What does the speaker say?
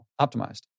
optimized